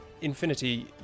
Infinity